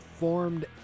Formed